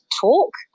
talk